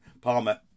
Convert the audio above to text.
Palmer